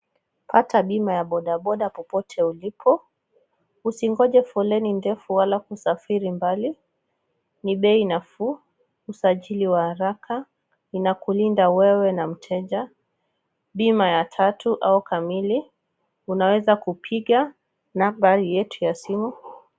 Pata bima ya bodaboda popote ulipo. Usingonje foleni ndefu wala kusafiri mbali. Ni bei nafuu, usajili wa haraka, inakulinda wewe na mteja. Bima ya tatu au kamili. Unaweza ukapiga namba yetu ya simu.